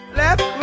left